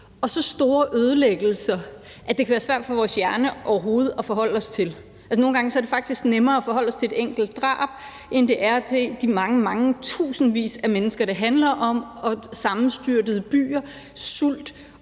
og så store ødelæggelser, at det kan være svært for vores hjerne overhovedet at forholde sig til. Altså, nogle gange er det faktisk nemmere at forholde sig til et enkelt drab, end det er til de mange, mange tusindvis af mennesker, det handler om, sammenstyrtede byer, sult